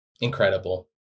Incredible